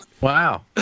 Wow